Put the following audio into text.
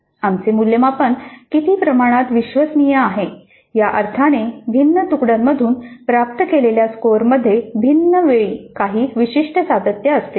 आमचे मूल्यमापन किती प्रमाणात विश्वसनीय आहे या अर्थाने भिन्न तुकड्यांमधून प्राप्त केलेल्या स्कोअरमध्ये भिन्न वेळी काही विशिष्ट सातत्य असते